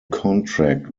contract